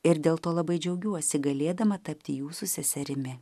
ir dėl to labai džiaugiuosi galėdama tapti jūsų seserimi